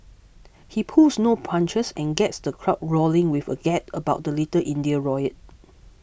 he pulls no punches and gets the crowd roaring with a gag about the Little India riot